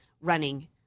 running